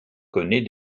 connaît